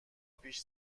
پیش